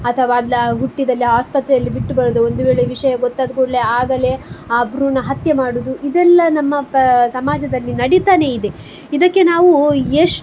ಅಥವಾ ಅಲ್ಲಿ ಆ ಹುಟ್ಟಿದಲ್ಲಿ ಆಸ್ಪತ್ರೆಯಲ್ಲಿ ಬಿಟ್ಟು ಬರೋದು ಒಂದುವೇಳೆ ವಿಷಯ ಗೊತ್ತಾದಕೂಡ್ಲೇ ಆಗಲೇ ಆ ಭ್ರೂಣ ಹತ್ಯೆ ಮಾಡೋದು ಇದೆಲ್ಲ ನಮ್ಮ ಪ ಸಮಾಜದಲ್ಲಿ ನಡೀತಾನೆ ಇದೆ ಇದಕ್ಕೆ ನಾವು